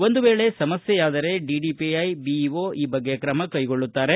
ಒಂದು ವೇಳೆ ಸಮಸ್ಥೆ ಆದರೆ ಡಿಡಿಪಿಐ ಬಿಇಒ ಈ ಬಗ್ಗೆ ತ್ರಮ ಕೈಗೊಳ್ಳುತ್ತಾರೆ